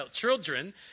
children